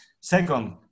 Second